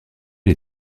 les